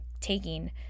taking